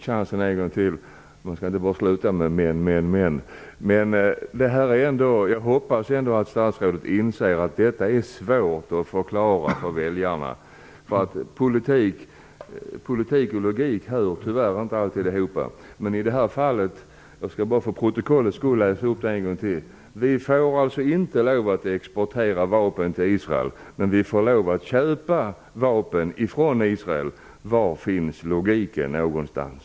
Herr talman! Jag hoppas ändå att statsrådet inser att detta är svårt att förklara för väljarna. Politik och ideologi går tyvärr inte alltid ihop. Jag vill bara till protokollet upprepa att vi får alltså inte lov att exportera vapen till Israel, men vi får lov att köpa vapen från Israel. Var finns logiken någonstans?